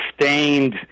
sustained